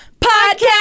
Podcast